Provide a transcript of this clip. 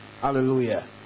hallelujah